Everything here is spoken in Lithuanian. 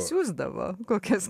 siųsdavo kokias